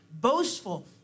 boastful